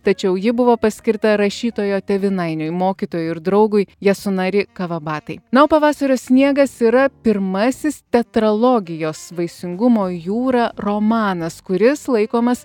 tačiau ji buvo paskirta rašytojo tėvynainiui mokytojui ir draugui yasunari kawabatai na o pavasario sniegas yra pirmasis tetralogijos vaisingumo jūra romanas kuris laikomas